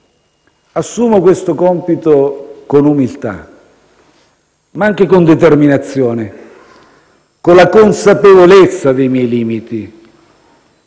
Assumo questo compito con umiltà ma anche con determinazione, con la consapevolezza dei miei limiti